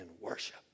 worship